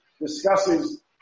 discusses